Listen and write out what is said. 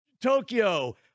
tokyo